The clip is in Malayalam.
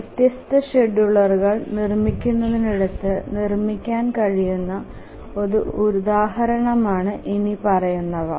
വ്യത്യസ്ത ഷെഡ്യൂളുകൾ നിർമ്മിക്കുന്നിടത്ത് നിർമ്മിക്കാൻ കഴിയുന്ന ഒരു ഉദാഹരണമാണ് ഇനി പ്പറയുന്നവ